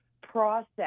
process